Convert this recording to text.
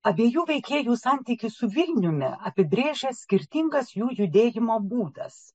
abiejų veikėjų santykį su vilniumi apibrėžia skirtingas jų judėjimo būdas